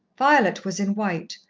violet was in white,